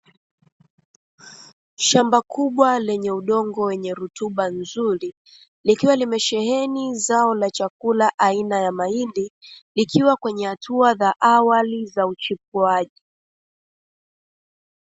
Shamba kubwa lenye udongo wenye rutuba nzuri, likiwa limesheheni zao la chakula aina ya mahindi, likiwa kwenye hatua za awali za uchipuaji.